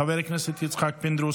חבר הכנסת יצחק פינדרוס,